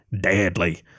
deadly